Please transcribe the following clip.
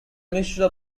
mixture